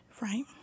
Right